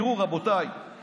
תאמין לי שאני יודע,